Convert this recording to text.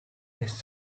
best